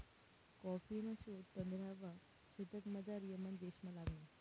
कॉफीना शोध पंधरावा शतकमझाऱ यमन देशमा लागना